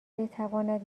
بتواند